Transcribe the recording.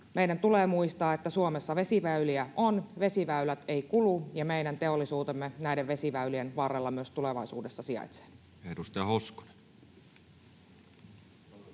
meidän tulee muistaa, että Suomessa vesiväyliä on, vesiväylät eivät kulu, ja meidän teollisuutemme näiden vesiväylien varrella myös tulevaisuudessa sijaitsevat. [Speech